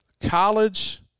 college